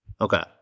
Okay